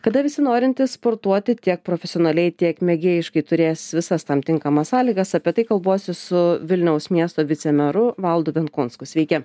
kada visi norintys sportuoti tiek profesionaliai tiek mėgėjiškai turės visas tam tinkamas sąlygas apie tai kalbuosi su vilniaus miesto vicemeru valdu benkunsku sveiki